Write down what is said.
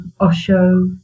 Osho